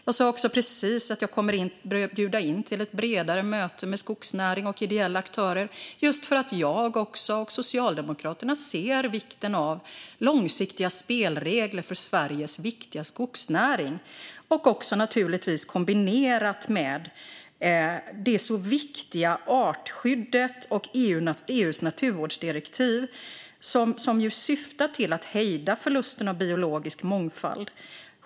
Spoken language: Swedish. Jag sa också precis att jag kommer att bjuda in till ett bredare möte med skogsnäring och ideella aktörer, just för att jag och Socialdemokraterna ser vikten av långsiktiga spelregler för Sveriges viktiga skogsnäring - naturligtvis kombinerat med det så viktiga artskyddet och EU:s naturvårdsdirektiv, som syftar till att hejda förlusten av biologisk mångfald.